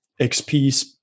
XPs